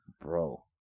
bro